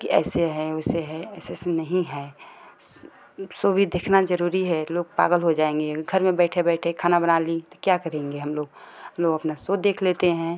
कि ऐसे है वैसे है ऐसे ऐसे नहीं है सो भी देखना ज़रूरी है लोग पागल हो जाएंगे अगर घर में बैठे बैठे खाना बना ली तो क्या करेंगे हम लोग हम लोग अपना सो देख लेते हैं